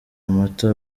amata